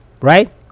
Right